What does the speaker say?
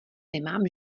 nemám